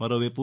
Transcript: మరోవైపు